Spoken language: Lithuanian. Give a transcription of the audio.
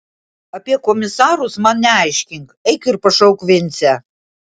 apie komisarus man neaiškink eik ir pašauk vincę